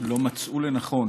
לא מצאו לנכון